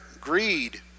greed